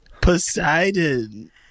Poseidon